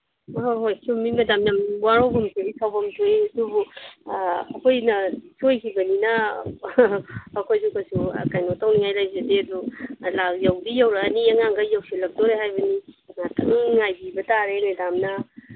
ꯑ ꯍꯣꯏ ꯆꯨꯝꯃꯤ ꯃꯦꯗꯥꯝ ꯌꯥꯝ ꯋꯥꯔꯧꯕꯝ ꯊꯣꯛꯏ ꯁꯥꯎꯕꯝ ꯊꯣꯛꯏ ꯑꯗꯨꯕꯨ ꯑꯩꯈꯣꯏꯅ ꯁꯣꯏꯈꯤꯕꯅꯤꯅ ꯑꯩꯈꯣꯏꯁꯨ ꯀꯩꯁꯨ ꯀꯩꯅꯣ ꯇꯧꯅꯤꯉꯥꯏ ꯂꯩꯖꯗꯦ ꯑꯗꯨ ꯌꯧꯗꯤ ꯌꯧꯔꯛꯑꯅꯤ ꯑꯉꯥꯡꯒꯩ ꯌꯧꯁꯤꯜꯂꯛꯇꯣꯔꯦ ꯍꯥꯏꯕꯅꯤ ꯉꯥꯛꯇꯪ ꯍꯥꯏꯕꯤꯕ ꯇꯥꯔꯦ ꯃꯦꯗꯥꯝꯅ